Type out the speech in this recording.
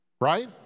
right